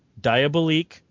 Diabolique